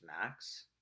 Max